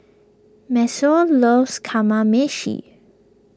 Maceo loves Kamameshi